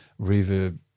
reverb